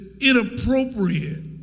inappropriate